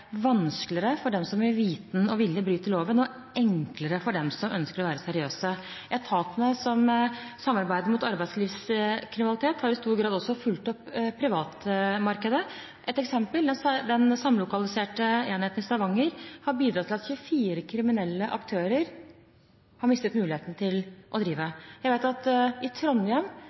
vanskeligere for dem som med vitende og vilje bryter loven, og enklere for dem som ønsker å være seriøse. Etatene som samarbeider mot arbeidslivskriminalitet, har i stor grad også fulgt opp privatmarkedet. Et eksempel: Den samlokaliserte enheten i Stavanger har bidratt til at 24 kriminelle aktører har mistet muligheten til å drive. Jeg vet at i Trondheim